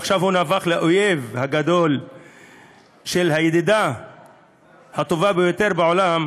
ועכשיו הוא נהפך לאויב הגדול של הידידה הטובה ביותר בעולם,